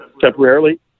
temporarily